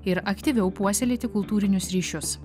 ir aktyviau puoselėti kultūrinius ryšius